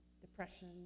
depression